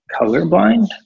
colorblind